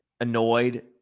annoyed